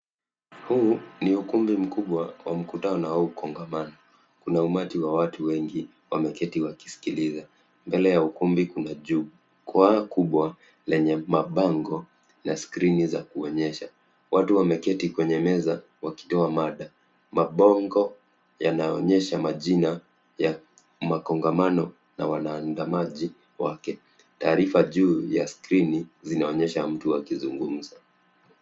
Huu ni ukumbi mkubwa wa mkutano au kongamano. Kuna umati wa watu wengi wameketi wakisikiliza. Mbele ya ukumbi kuna jukwaa kubwa lenye mabango na skrini za kuonyesha. Watu wameketi kwenye meza wakitoa mada. Mabango yanaonyesha majina ya kongamano na waandamanaji wake. Taarifa juu ya skrini zinaonyesha mtu akizungumza.